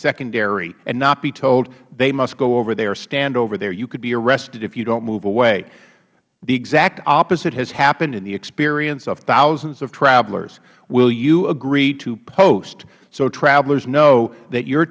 secondary and not be told they must go over there stand over there you could be arrested if you don't move away the exact opposite has happened in the experience of thousands of travelers will you agree to post so travelers know that you